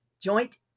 Joint